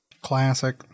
Classic